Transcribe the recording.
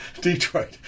Detroit